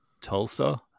Tulsa